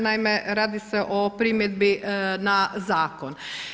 Naime, radi se o primjedbi na zakon.